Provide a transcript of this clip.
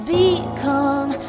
become